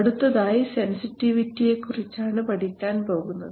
അടുത്തതായി സെൻസിറ്റിവിറ്റിയെ കുറിച്ചാണ് പഠിക്കാൻ പോകുന്നത്